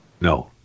no